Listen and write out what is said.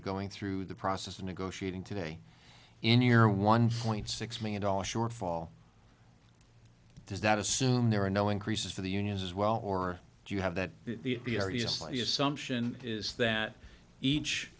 are going through the process of negotiating today in your one point six million dollars shortfall does that assume there are no increases for the unions as well or do you have that the